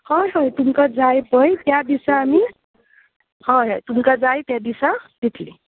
हय हय तुमकां जाय पळय त्या दिसा आमी हय हय तुमकां जाय त्या दिसा दितलीं